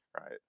right